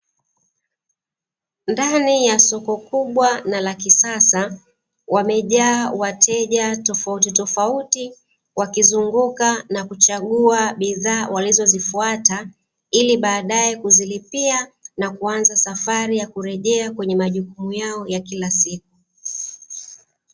Ndani ya soko kubwa na la kisasa, wamejaa wateja tofautitofauti wakizunguka na kuchagua bidhaa walizozifuata, ili baadaye kuzilipia na kuanza safari ya kurejea kwenye majukumu yao ya kila siku.